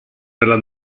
nella